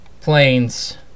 planes